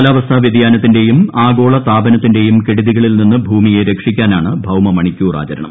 കാലാവസ്ഥാ വ്യതിയാനത്തിന്റെയും ആഗോള താപനത്തിന്റെയും കെടുതികളിൽ നിന്ന് ഭൂമിയെ രക്ഷിക്കാനാണ് ഭൌമ മണിക്കൂർ ആചരണം